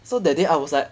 so that day I was like